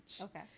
Okay